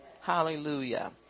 Hallelujah